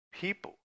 people